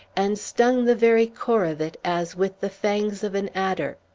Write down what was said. and stung the very core of it as with the fangs of an adder.